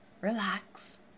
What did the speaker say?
relax